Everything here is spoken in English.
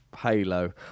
halo